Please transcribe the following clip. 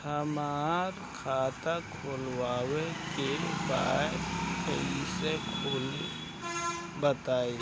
हमरा खाता खोलवावे के बा कइसे खुली बताईं?